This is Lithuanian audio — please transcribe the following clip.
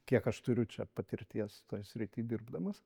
kiek aš turiu čia patirties toj srity dirbdamas